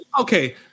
Okay